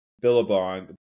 billabong